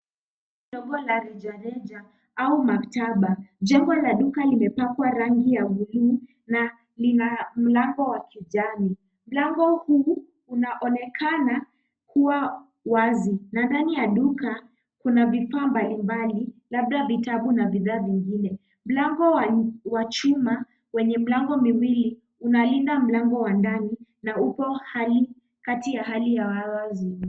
Duka ndogo la reja reja au maktaba jengo la duka limepakwa rangi ya buluu na lina mlango wa kijani. Mlango huu unaonekana kuwa wazi na ndani ya duka kuna vifaa mbalimbali labda vitabu na bidhaa nyingine. Mlango wa chuma wenye mlango miwili unalinda mlango wa ndani na upo hali kati ya hali ya wazi.